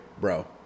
bro